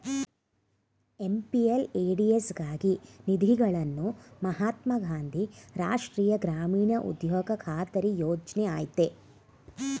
MPLADS ಗಾಗಿ ನಿಧಿಗಳನ್ನು ಮಹಾತ್ಮ ಗಾಂಧಿ ರಾಷ್ಟ್ರೀಯ ಗ್ರಾಮೀಣ ಉದ್ಯೋಗ ಖಾತರಿ ಯೋಜ್ನ ಆಯ್ತೆ